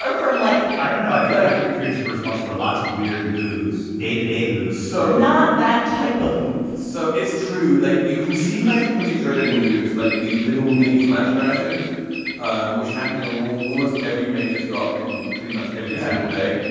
from like i don't know i think i have for contributive response for lots of weird news day to day moves so not that type of move. so it's true. like you can see high frequency trading moves like these little mini flash crashes um which happen in normal, almost every major stock and pretty much every single day.